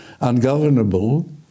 ungovernable